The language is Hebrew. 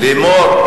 לימור.